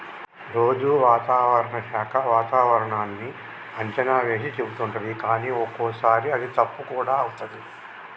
రోజు వాతావరణ శాఖ వాతావరణన్నీ అంచనా వేసి చెపుతుంటది కానీ ఒక్కోసారి అది తప్పు కూడా అవుతది